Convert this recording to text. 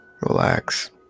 relax